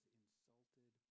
insulted